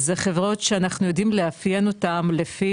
זה חברות שאנחנו יודעים לאפיין אותם לפי